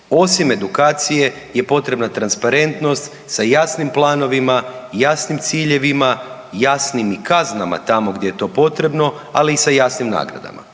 osim edukacije je potrebna transparentnost sa jasnim planovima i jasnim ciljevima, jasnim i kaznama tamo gdje je to potrebno, ali i sa jasnim nagradama.